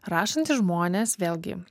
rašantys žmonės vėlgi